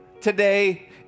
Today